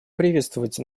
приветствовать